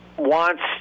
Wants